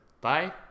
Bye